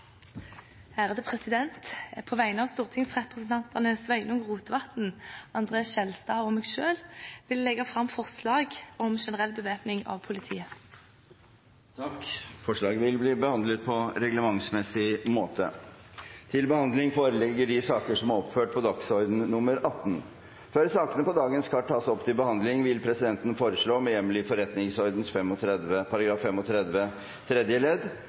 selv vil jeg legge fram forslag om generell bevæpning av politiet. Forslaget vil bli behandlet på reglementsmessig måte. Før sakene på dagens kart tas opp til behandling, vil presidenten med hjemmel i forretningsordenens § 35 tredje ledd